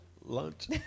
Lunch